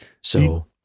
So-